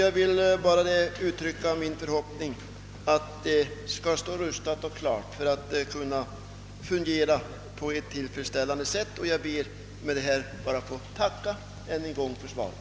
Jag vill därför endast uttrycka min förhoppning att detta område skall stå rustat och klart inför dagen H för att kunna fungera tillfredsställande, och jag ber med dessa ord än en gång att få tacka för svaret.